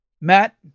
Matt